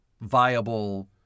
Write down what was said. viable